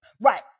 right